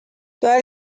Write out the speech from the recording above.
toda